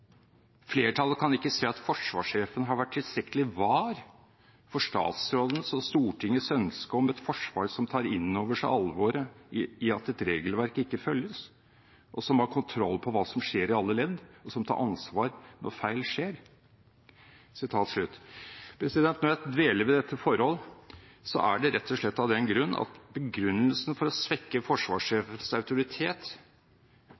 Flertallet kan ikke se at forsvarssjefen har vært tilstrekkelig vár for statsrådens og Stortingets ønske om et forsvar som tar innover seg alvoret i at regelverk ikke følges, som har kontroll på hva som skjer i alle ledd og som tar ansvar når feil skjer.» Når jeg dveler ved dette forhold, er det rett og slett av den grunn at begrunnelsen for å svekke